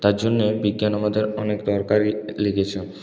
তারজন্যে বিজ্ঞান আমাদের অনেক দরকারে লেগেছে